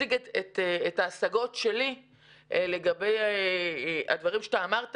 כדי שאני אציג את ההשגות שלי לגבי הדברים שאתה אמרת